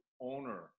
owner